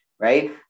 right